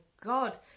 God